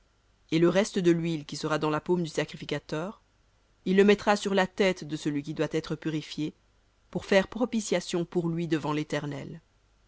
et le reste de l'huile qui sera dans la paume du sacrificateur il le mettra sur la tête de celui qui doit être purifié et le sacrificateur fera propitiation pour lui devant l'éternel